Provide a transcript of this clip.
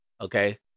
Okay